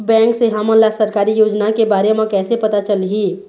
Bank से हमन ला सरकारी योजना के बारे मे कैसे पता चलही?